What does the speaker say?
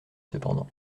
cependant